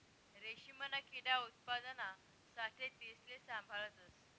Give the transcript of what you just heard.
रेशीमना किडा उत्पादना साठे तेसले साभाळतस